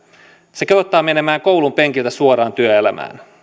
se kehottaa menemään koulun penkiltä suoraan työelämään